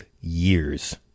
years